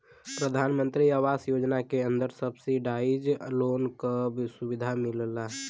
प्रधानमंत्री आवास योजना के अंदर सब्सिडाइज लोन क सुविधा मिलला